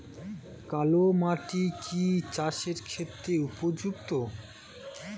কালো মাটি কি চাষের ক্ষেত্রে উপযুক্ত?